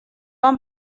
van